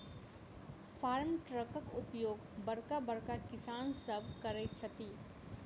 farm ट्रकक उपयोग बड़का बड़का किसान सभ करैत छथि